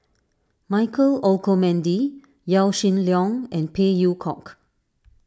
Michael Olcomendy Yaw Shin Leong and Phey Yew Kok